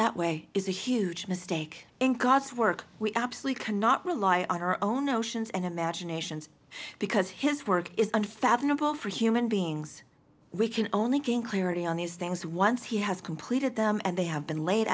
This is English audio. that way is a huge mistake in class work we absolutely cannot rely on our own notions and imaginations because his work is unfathomable for human beings we can only gain clarity on these things once he has completed them and they have been laid